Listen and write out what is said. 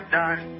done